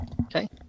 Okay